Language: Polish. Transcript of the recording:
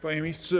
Panie Ministrze!